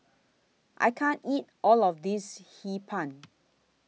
I can't eat All of This Hee Pan